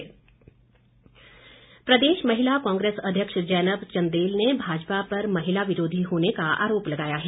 महिला कांग्रेस प्रदेश महिला कांग्रेस अध्यक्ष जैनब चंदेल ने भाजपा पर महिला विरोधी होने का आरोप लगाया है